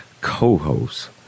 co-host